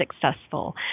successful